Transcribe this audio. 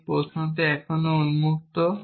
সেই প্রশ্নটি এখনও উন্মুক্ত